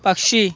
पक्षी